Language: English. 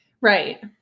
Right